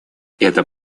это